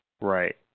Right